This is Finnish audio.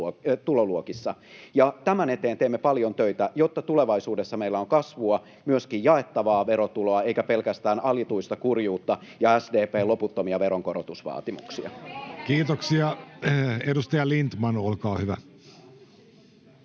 Tämän eteen teemme paljon töitä, jotta tulevaisuudessa meillä on kasvua, myöskin jaettavaa verotuloa, eikä pelkästään alituista kurjuutta ja SDP:n loputtomia veronkorotusvaatimuksia. Kiitoksia. — Edustaja Lindtman, olkaa hyvä.